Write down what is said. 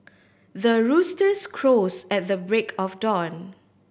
the roosters crows at the break of dawn